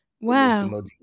Wow